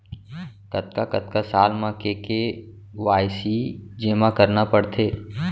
कतका कतका साल म के के.वाई.सी जेमा करना पड़थे?